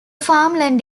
farmland